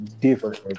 Different